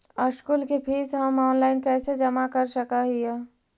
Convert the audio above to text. School के fees हम online कैसे जमा कर सक हिय?